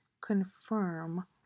confirm